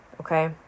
Okay